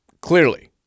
clearly